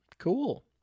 Cool